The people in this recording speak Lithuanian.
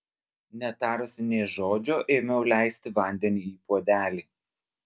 netarusi nė žodžio ėmiau leisti vandenį į puodelį